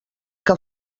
que